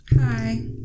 Hi